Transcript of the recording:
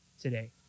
today